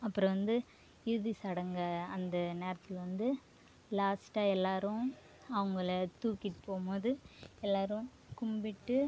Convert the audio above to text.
அப்புறம் வந்து இறுதி சடங்கை அந்த நேரத்தில் வந்து லாஸ்ட்டாக எல்லாரும் அவங்களை தூக்கிட்டு போகும் மோது எல்லாரும் கும்பிட்டு